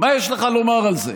מה יש לך לומר על זה?